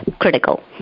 critical